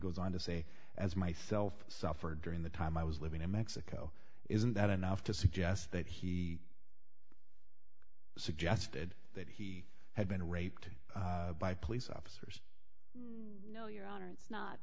goes on to say as myself suffered during the time i was living in mexico isn't that enough to suggest that he suggested that he had been raped by police officers no your honor it's not